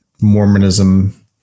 Mormonism